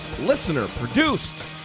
listener-produced